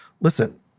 listen